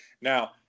Now